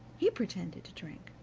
he pretended to drink,